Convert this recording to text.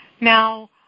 now